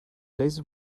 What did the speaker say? places